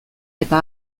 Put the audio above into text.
eta